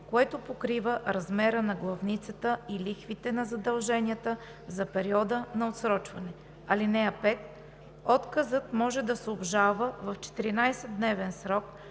което покрива размера на главницата и лихвите на задълженията за периода на отсрочване. (5) Отказът може да се обжалва в 14-дневен срок